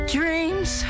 dreams